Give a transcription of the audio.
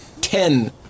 Ten